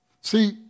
See